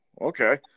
okay